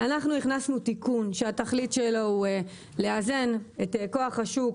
אנחנו הכנסנו תיקון שהתכלית שלו היא לאזן את כוח השוק